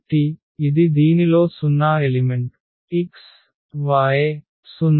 కాబట్టి ఇది దీనిలో 0 ఎలిమెంట్ x y 0